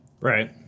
Right